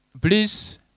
Please